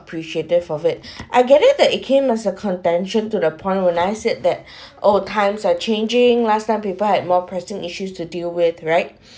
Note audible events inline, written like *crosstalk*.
appreciative of it *breath* I get it that it came as a contention to the point when I said that *breath* oh times are changing last time people had more pressing issues to deal with right